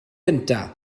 gyntaf